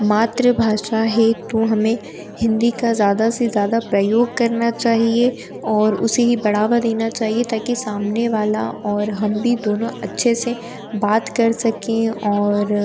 मात्र भाषा है तो हमें हिन्दी का ज़्यादा से ज़्यादा प्रयोग करना चाहिए और उसे ही बढ़ावा देना चाहिए ताकि सामने वाला और हम भी दोनों अच्छे से बात कर सकें और